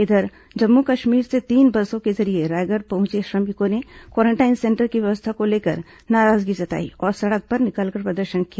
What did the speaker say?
इधर जम्मू कश्मीर से तीन बसों के जरिये रायगढ़ पहुंचे श्रमिकों ने क्वारेंटाइन सेंटर की व्यवस्था को लेकर नाराजगी जताई और सड़क पर निकलकर प्रदर्शन किया